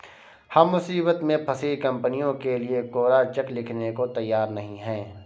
हम मुसीबत में फंसी कंपनियों के लिए कोरा चेक लिखने को तैयार नहीं हैं